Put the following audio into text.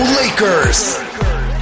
lakers